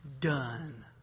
done